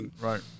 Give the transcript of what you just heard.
right